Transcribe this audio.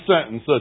sentence